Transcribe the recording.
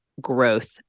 growth